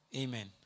amen